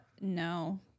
no